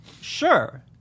Sure